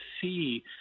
see